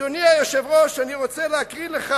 אדוני היושב-ראש, אני רוצה להקריא לך